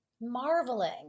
Marveling